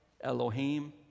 Elohim